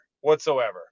whatsoever